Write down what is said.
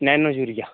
nano urea